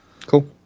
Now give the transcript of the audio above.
Cool